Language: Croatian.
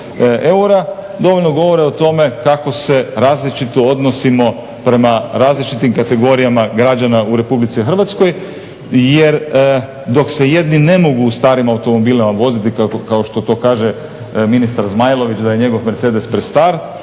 eura dovoljno govori o tome kako se različito odnosimo prema različitim kategorijama građana u RH jer dok se jedni ne mogu u starim automobilima voziti kao što to kaže ministar Zmajlović da je njegov Mercedes prestar,